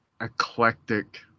eclectic